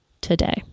today